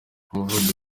umuvuduko